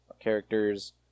characters